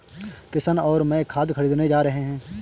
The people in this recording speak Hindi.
किशन और मैं खाद खरीदने जा रहे हैं